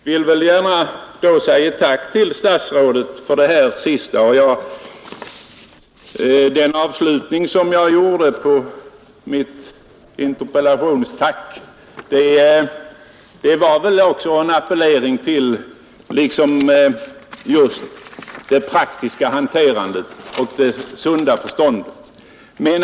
Herr talman! Jag vill gärna säga tack till statsrådet för det sista uttalandet. Den avslutning som jag gjorde på mitt förra anförande var också en appellering till just det praktiska hanterandet och sunda förståndet.